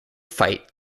fight